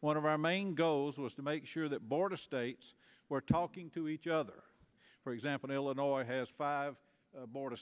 one of our main those was to make sure that border states were talking to each other for example illinois has five border